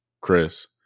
Chris